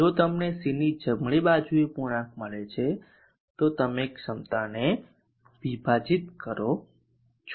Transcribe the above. જો તમને C ની જમણી બાજુએ પૂર્ણાંક મળે છે તો તમે ક્ષમતાને વિભાજીત કરો છો